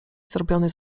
zrobiony